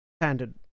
standard